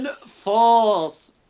fourth